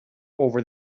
over